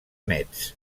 metz